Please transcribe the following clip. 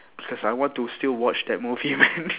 because I want to still watch that movie man